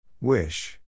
Wish